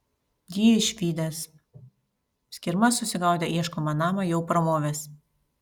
jį išvydęs skirma susigaudė ieškomą namą jau pramovęs